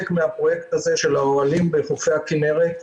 מהפרויקט הזה של האוהלים בחופי הכנרת.